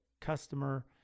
customer